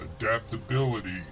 Adaptability